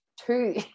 two